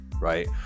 right